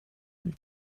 him